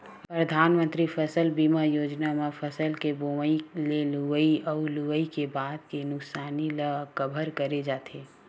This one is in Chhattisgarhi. परधानमंतरी फसल बीमा योजना म फसल के बोवई ले लुवई अउ लुवई के बाद के नुकसानी ल कभर करे जाथे